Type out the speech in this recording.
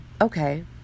okay